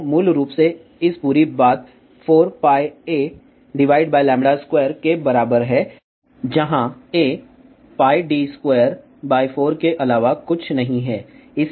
तो मूल रूप से इस पूरी बात 4πa λ2 के बराबर है जहां a πd24 के अलावा कुछ नहीं है